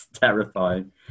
terrifying